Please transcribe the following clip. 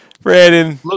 Brandon